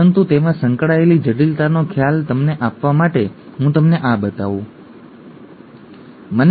પરંતુ તેમાં સંકળાયેલી જટિલતાનો ખ્યાલ તમને આપવા માટે હું તમને આ બતાવું છું